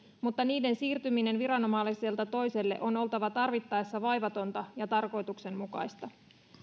mutta niiden siirtymisen viranomaiselta toiselle on oltava tarvittaessa vaivatonta ja tarkoituksenmukaista